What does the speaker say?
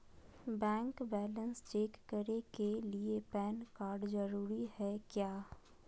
Bank balance check करने के लिए पैन कार्ड जरूरी है क्या?